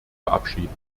verabschieden